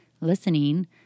listening